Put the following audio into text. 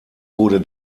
wurde